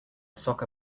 soccer